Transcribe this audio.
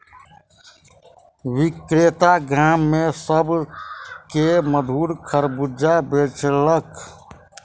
विक्रेता गाम में सभ के मधुर खरबूजा बेचलक